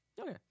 Okay